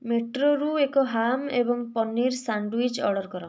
ମେଟ୍ରୋରୁ ଏକ ହାମ୍ ଏବଂ paneer sandwich order କର